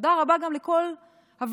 תודה רבה גם לכל הוועדות,